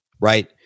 right